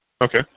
Okay